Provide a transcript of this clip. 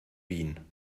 wien